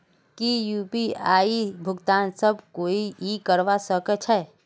की यु.पी.आई भुगतान सब कोई ई करवा सकछै?